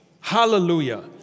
Hallelujah